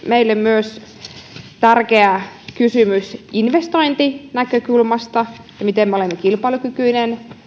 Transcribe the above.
meille tietenkin tärkeä kysymys myös investointinäkökulmasta miten me olemme kilpailukykyinen